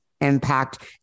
impact